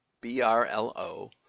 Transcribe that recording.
B-R-L-O